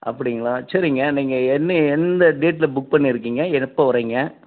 அப்படிங்களா சரிங்க நீங்கள் என்ன எந்த டேட்டில் புக் பண்ணியிருக்கீங்க எப்போ வாரீங்க